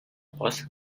pos